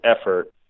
effort